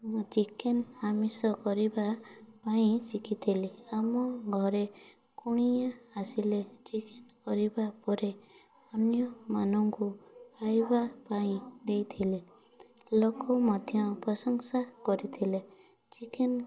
ମୁଁ ଚିକେନ୍ ଆମିଷ କରିବା ପାଇଁ ଶିଖିଥିଲି ଆମ ଘରେ କୁଣିଆ ଆସିଲେ ଚିକେନ୍ କରିବା ପରେ ଅନ୍ୟମାନଙ୍କୁ ଖାଇବା ପାଇଁ ଦେଇଥିଲେ ଲୋକ ମଧ୍ୟ ପ୍ରଶଂସା କରିଥିଲେ ଚିକେନ୍